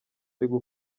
arimo